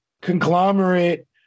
conglomerate